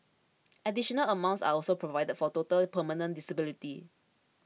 additional amounts are also provided for total permanent disability